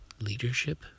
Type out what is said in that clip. leadership